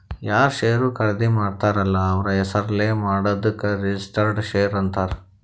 ಯಾರ್ ಶೇರ್ ಖರ್ದಿ ಮಾಡ್ತಾರ ಅಲ್ಲ ಅವ್ರ ಹೆಸುರ್ಲೇ ಮಾಡಾದುಕ್ ರಿಜಿಸ್ಟರ್ಡ್ ಶೇರ್ ಅಂತಾರ್